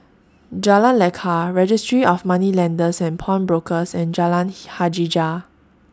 Jalan Lekar Registry of Moneylenders and Pawnbrokers and Jalan Hajijah